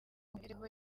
mibereho